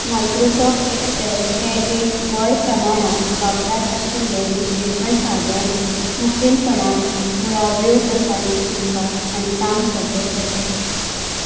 Microsoft Excel हें एक व्हड प्रमाणांत वापरात आशिल्लें विश्लेशण सादन मुखेलपणान मुळाव्यो गजाली शिकपाक आनी काम सोंपें करपाक